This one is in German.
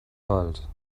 wald